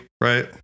right